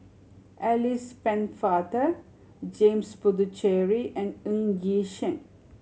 Alice Pennefather James Puthucheary and Ng Yi Sheng